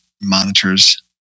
monitors